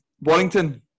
Warrington